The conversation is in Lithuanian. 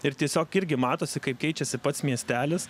ir tiesiog irgi matosi kaip keičiasi pats miestelis